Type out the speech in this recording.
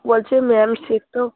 বলছি ম্যাম শীত তো